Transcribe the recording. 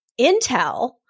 intel